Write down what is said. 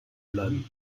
bleiben